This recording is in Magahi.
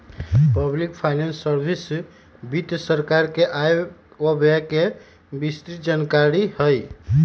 पब्लिक फाइनेंस सार्वजनिक वित्त सरकार के आय व व्यय के विस्तृतजानकारी हई